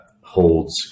holds